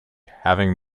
having